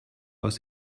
aus